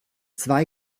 zwei